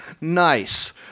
Nice